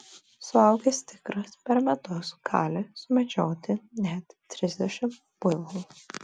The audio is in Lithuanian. suaugęs tigras per metus gali sumedžioti net trisdešimt buivolų